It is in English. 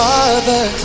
Father